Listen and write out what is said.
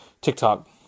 TikTok